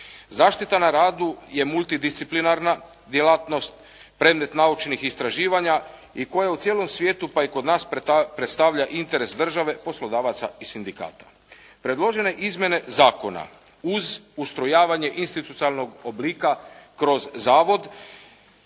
Zaštita na radu je multidisciplinarna djelatnost, predmet naučnih istraživanja i koja u cijelom svijetu pa i kod nas predstavlja interes države, poslodavaca i sindikata. Predložene izmjene zakona uz ustrojavanje institucionalnog oblika kroz zavod